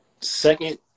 second